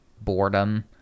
boredom